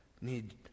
need